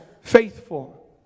faithful